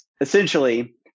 essentially